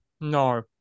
No